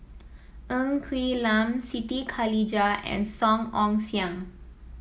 Ng Quee Lam Siti Khalijah and Song Ong Siang